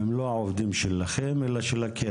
כוח האדם הם לא העובדים שלכם, אלא של הקרן?